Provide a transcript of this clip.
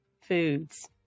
foods